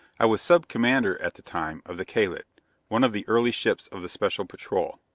i was sub-commander, at the time, of the kalid, one of the early ships of the special patrol.